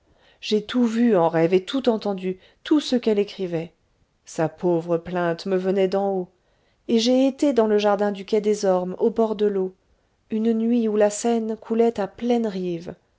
j'ai tout vu en rêve et tout entendu tout ce qu'elle écrivait sa pauvre plainte me venait d'en haut et j'ai été dans le jardin du quai des ormes au bord de l'eau une nuit où la seine coulait à pleines rives